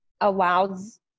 allows